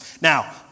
Now